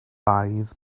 baedd